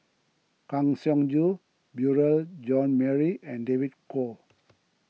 Kang Siong Joo Beurel Jean Marie and David Kwo